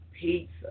Pizza